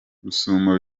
rusumo